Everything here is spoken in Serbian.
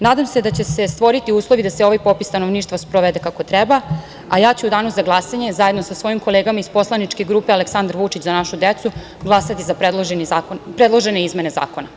Nadam se da će se stvoriti uslovi da se ovaj popis stanovništva sprovede kako treba, a ja ću u danu za glasanje, zajedno sa svojim kolegama iz poslaničke grupe „Aleksandar Vučić – Za našu decu“, glasati za predložene izmene zakona.